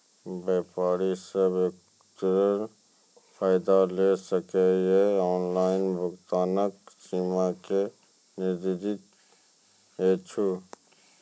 व्यापारी सब एकरऽ फायदा ले सकै ये? ऑनलाइन भुगतानक सीमा की निर्धारित ऐछि?